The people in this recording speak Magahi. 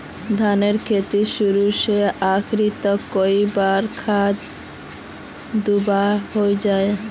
धानेर खेतीत शुरू से आखरी तक कई बार खाद दुबा होचए?